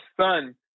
son